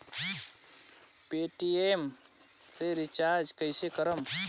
Paytm से recharge कईसे करम?